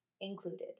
included